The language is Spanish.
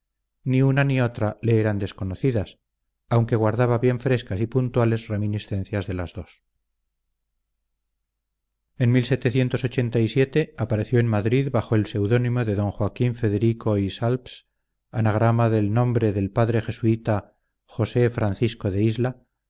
ni una ni otra le eran desconocidas aun que guardaba bien frescas y puntuales reminiscencias de las dos en apareció en madrid bajo el pseudónimo de d joaquín federico is salps anagrama del nombre del p jesuita josé francisco de isla